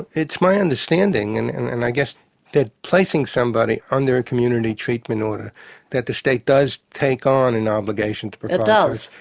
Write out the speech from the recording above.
it's my understanding, and and i guess that placing somebody under a community treatment order that the state does take on an obligation. it does,